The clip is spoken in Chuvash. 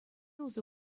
усӑ